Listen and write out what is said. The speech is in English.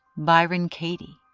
byron katie,